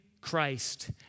Christ